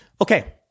Okay